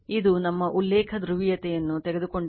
ಇದು ನಮ್ಮ ಉಲ್ಲೇಖ ಧ್ರುವೀಯತೆಯನ್ನು ತೆಗೆದುಕೊಂಡಿದೆ